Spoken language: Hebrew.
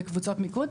בקבוצות מיקוד,